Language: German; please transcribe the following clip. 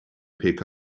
pkw